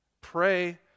Pray